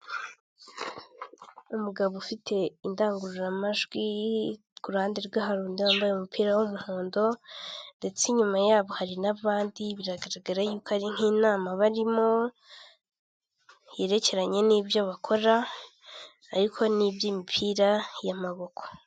Umugabo ufite indangururamajwi ku ruhande rwe harundi wambaye umupira w'umuhondo ndetse inyuma yabo hari n'abandi biragaragara yuko ari nk'inama barimo yerekeranye n'ibyo bakora ariko niby'imipira y'amaboko.